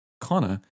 Connor